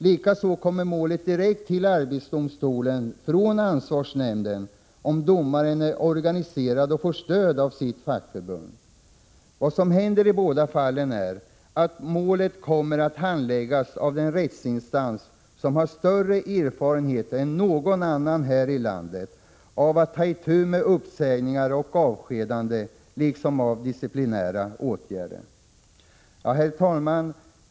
Likaså kommer målet direkt till arbetsdomstolen från ansvarsnämnden om domaren är organiserad och får stöd av sitt fackförbund. Vad som händer i båda fallen är att målet kommer att handläggas av den rättsinstans som har större erfarenhet än någon annan här i landet av att ta itu med uppsägningar och avskedanden liksom av disciplinära åtgärder. Herr talman!